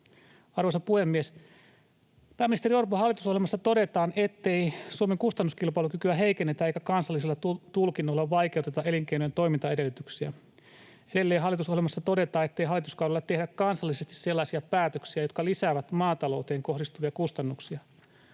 Arvoisa puhemies! Pääministeri Orpon hallitusohjelmassa todetaan, ettei Suomen kustannuskilpailukykyä heikennetä eikä kansallisilla tulkinnoilla vaikeuteta elinkeinojen toimintaedellytyksiä. Edelleen hallitusohjelmassa todetaan, ettei hallituskaudella ”tehdä kansallisesti sellaisia päätöksiä, jotka lisäävät maatalouteen kohdistuvia kustannuksia”.